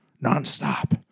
Non-stop